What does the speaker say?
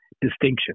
distinction